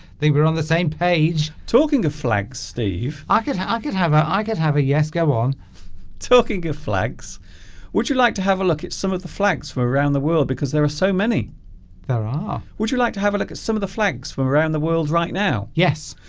they were on the same page talking of flags steve i could ah could have her i could have a yes go on talking of flags would you like to have a look at some of the flags for around the world because there are so many there are would you like to have a look at some of the flags from around the world right now yes